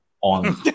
on